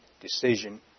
decision